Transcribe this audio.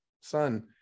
son